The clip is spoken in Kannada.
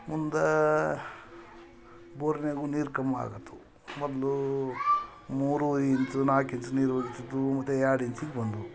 ಮುಂದ ಬೋರಿನಾಗು ನೀರು ಕಮ್ಮಿ ಆಯಿತು ಮೊದ್ಲು ಮೂರು ಇಂಚ್ ನಾಲ್ಕು ಇಂಚ್ ನೀರು ಹೊಯ್ತಿದ್ವು ಮತ್ತೆ ಎರಡು ಇಂಚಿಗೆ ಬಂದವು